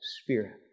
Spirit